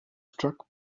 struck